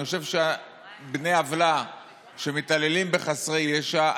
אני חושב שבני עוולה שמתעללים בחסרי ישע,